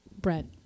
Brent